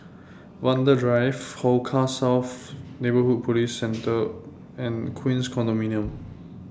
Vanda Drive Hong Kah South Neighbourhood Police Post and Queens Condominium